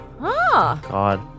God